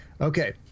okay